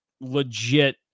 legit